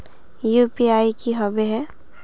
UPI की होबे है?